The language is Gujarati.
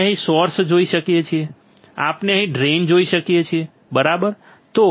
આપણે અહીં સોર્સ જોઈ શકીએ છીએ આપણે અહીં ડ્રેઇન જોઈ શકીએ છીએ બરાબર